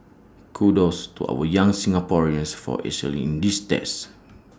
kudos to our young Singaporeans for excelling these tests